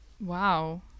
Wow